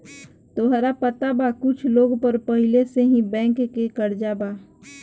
तोहरा पता बा कुछ लोग पर पहिले से ही बैंक के कर्जा बा